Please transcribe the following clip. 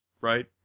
right